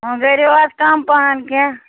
وۅنۍ کٔرِو حظ کَم پَہم کیٚنٛہہ